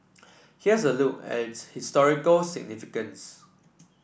here's a look at its historical significance